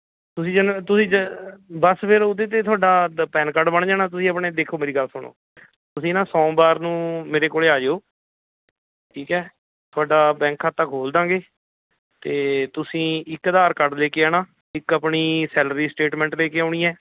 ਤੁਸੀਂ ਤੁਸੀਂ ਜੇ ਬਸ ਫਿਰ ਉਹਦੇ 'ਤੇ ਤੁਹਾਡਾ ਪੈਨ ਕਾਰਡ ਬਣ ਜਾਣਾ ਤੁਸੀਂ ਆਪਣੇ ਦੇਖੋ ਮੇਰੀ ਗੱਲ ਸੁਣੋ ਤੁਸੀਂ ਨਾ ਸੋਮਵਾਰ ਨੂੰ ਮੇਰੇ ਕੋਲੇ ਆ ਜਾਓ ਠੀਕ ਹੈ ਤੁਹਾਡਾ ਬੈਂਕ ਖਾਤਾ ਖੋਲ ਦੇਵਾਂਗੇ ਅਤੇ ਤੁਸੀਂ ਇੱਕ ਆਧਾਰ ਕਾਰਡ ਲੈ ਕੇ ਆਉਣਾ ਇੱਕ ਆਪਣੀ ਸੈਲਰੀ ਸਟੇਟਮੈਂਟ ਲੈ ਕੇ ਆਉਣੀ ਹੈ